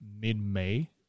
mid-may